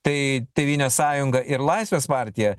tai tėvynės sąjunga ir laisvės partija